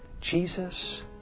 Jesus